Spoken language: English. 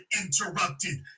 interrupted